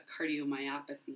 cardiomyopathy